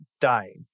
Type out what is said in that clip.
dying